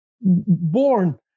born